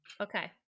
Okay